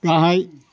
गाहाय